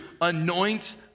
anoint